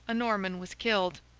a norman was killed.